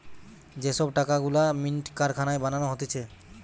যে সব টাকা গুলা মিন্ট কারখানায় বানানো হতিছে